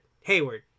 Hayward